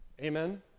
Amen